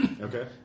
Okay